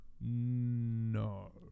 No